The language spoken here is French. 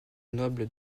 noble